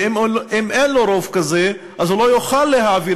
ואם אין לו רוב כזה אז הוא לא יוכל להעביר